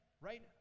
right